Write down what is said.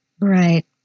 Right